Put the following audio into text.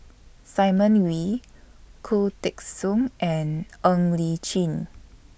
Simon Wee Khoo Teng Soon and Ng Li Chin